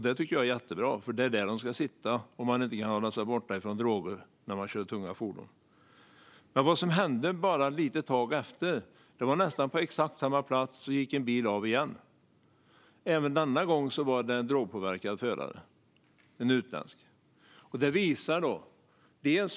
Det tycker jag är jättebra, för det är där man ska sitta om man inte kan hålla sig borta från droger när man kör tunga fordon. Bara ett litet tag efter detta gick en bil av vägen igen, på nästan exakt samma plats. Även denna gång var det en utländsk drogpåverkad förare.